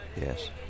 Yes